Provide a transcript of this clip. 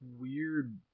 weird